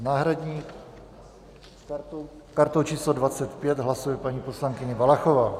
S náhradní kartou číslo 25 hlasuje paní poslankyně Valachová.